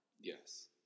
Yes